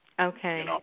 Okay